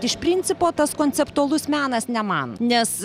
iš principo tas konceptualus menas ne man nes